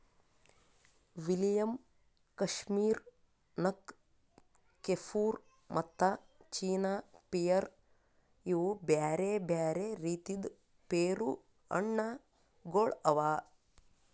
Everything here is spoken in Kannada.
ವಿಲಿಯಮ್, ಕಶ್ಮೀರ್ ನಕ್, ಕೆಫುರ್ ಮತ್ತ ಚೀನಾ ಪಿಯರ್ ಇವು ಬ್ಯಾರೆ ಬ್ಯಾರೆ ರೀತಿದ್ ಪೇರು ಹಣ್ಣ ಗೊಳ್ ಅವಾ